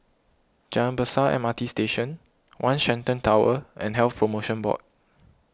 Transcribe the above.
Jalan Besar M R T Station one Shenton Tower and Health Promotion Board